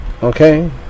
Okay